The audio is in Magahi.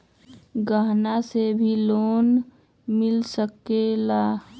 गहना से भी लोने मिल सकेला?